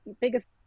biggest